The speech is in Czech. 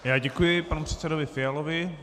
Já děkuji panu předsedovi Fialovi.